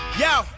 Yo